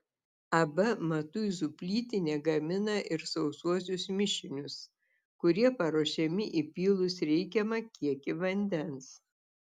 ab matuizų plytinė gamina ir sausuosius mišinius kurie paruošiami įpylus reikiamą kiekį vandens